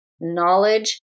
knowledge